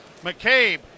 McCabe